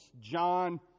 John